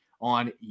on